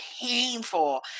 painful